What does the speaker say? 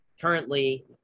currently